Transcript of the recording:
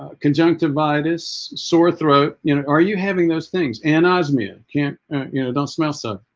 conjunctive by this sore throat you know are you having those things and anosmia can't you know don't smell so